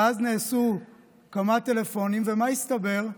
ואז נעשו כמה טלפונים, ומה הסתבר?